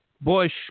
Bush